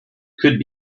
could